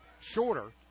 shorter